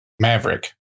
maverick